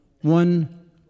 One